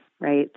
right